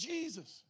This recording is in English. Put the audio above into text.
Jesus